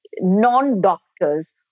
non-doctors